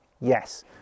yes